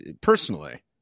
personally